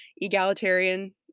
egalitarian